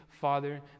Father